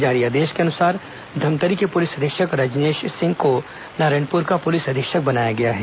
जारी आदेश के अनुसार धमतरी के पुलिस अधीक्षक रजनेश सिंह को नारायणपुर का पुलिस अधीक्षक बनाया गया है